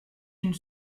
une